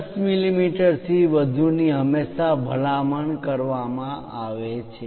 10 મી મી થી વધુની હંમેશા ભલામણ કરવામાં આવે છે